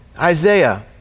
Isaiah